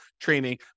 training